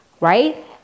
right